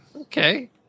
Okay